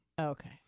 Okay